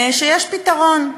שיש פתרון: